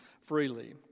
freely